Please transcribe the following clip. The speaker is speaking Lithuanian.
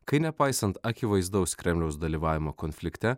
kai nepaisant akivaizdaus kremliaus dalyvavimo konflikte